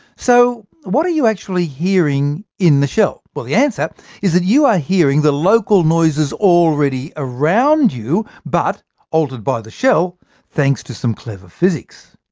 so what are you actually hearing in the shell? but the answer is that you are hearing the local noises already around you, but altered by the shell thanks to some clever physics.